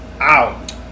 Out